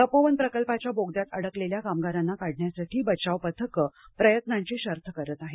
तपोवन प्रकल्पाच्या बोगद्यात अडकलेल्या कामगारांना काढण्यासाठी बचाव पथकं प्रयत्नांची शर्थ करत आहेत